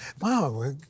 Wow